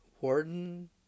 Warden